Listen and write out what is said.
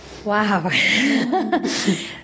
wow